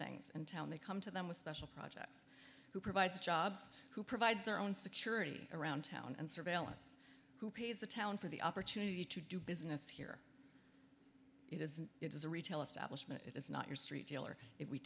things in town they come to them with special projects who provides jobs who provide their own security around town and surveillance who pays the town for the opportunity to do business here as it is a retail establishment it's not your street dealer if we